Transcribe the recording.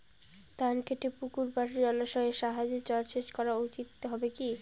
ধান খেতে পুকুর বা জলাশয়ের সাহায্যে জলসেচ করা উচিৎ হবে কি?